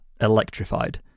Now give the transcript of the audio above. electrified